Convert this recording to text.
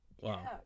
wow